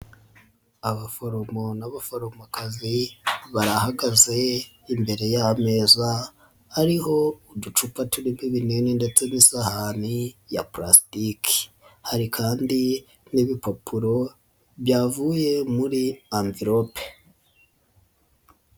Abaforomo n'abaforomokazi barahagaze imbere y'ameza ariho uducupa turimo binini ndetse n'isahani ya pulasitiki, hari kandi n'ibipapuro byavuye muri amvilope.